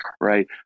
right